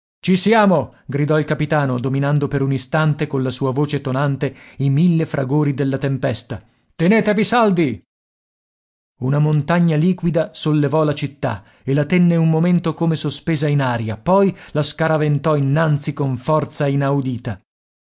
ci siamo gridò il capitano dominando per un istante colla sua voce tonante i mille fragori della tempesta tenetevi saldi una montagna liquida sollevò la città la tenne un momento come sospesa in aria poi la scaraventò innanzi con forza inaudita